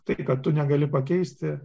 tai kad tu negali pakeisti